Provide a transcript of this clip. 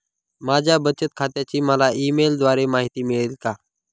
माझ्या बचत खात्याची मला ई मेलद्वारे माहिती मिळेल का?